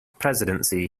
presidency